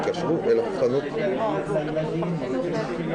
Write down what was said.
) אני מחדש את הישיבה,